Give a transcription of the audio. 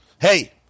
Hey